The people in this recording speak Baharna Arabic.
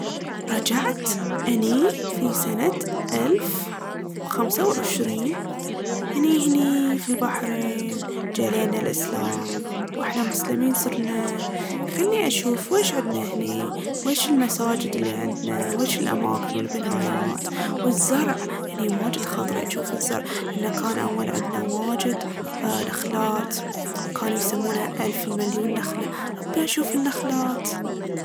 رجعت أني في سنة ألف وخمسة وعشرين؟ أني هني في البحرين، جه لينا الإسلام واحنا مسلمين صرنا. خلني اشوف ويش عندنا هني؟ ويش المساجد اللي عندنا؟ ويش الأماكن والبنايات؟ والزرع، هني واجد خاطري أجوف الزرع، لأن أول كان عندنا واجد أ- نخلات وكانوا يسمونها ألف المليون نخلة. أبي أشوف النخلات!